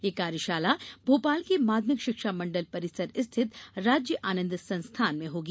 ये कार्यशाला भोपाल के माध्यमिक शिक्षा मंडल परिसर स्थित राज्य आनंद संस्थान में होगी